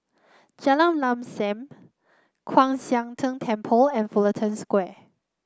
Jalan Lam Sam Kwan Siang Tng Temple and Fullerton Square